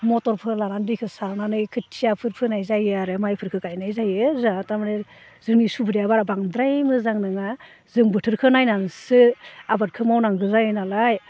मटरफोर लानानै दैखो सारनानै खोथियाफोर फोनाय जायो आरो माइफोरखो गायनाय जायो जाहा थारमाने जोंनि सुबिदाया बारा बांद्राय मोजां नङा जों बोथोरखो नायनानैसो आबादखो मावनांगो जायोनालाय